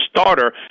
starter